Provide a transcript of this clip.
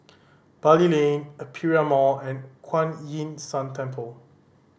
Bali Lane Aperia Mall and Kuan Yin San Temple